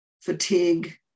fatigue